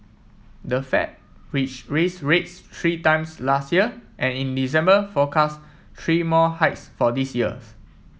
the Fed which raised rates three times last year and in December forecast three more hikes for this years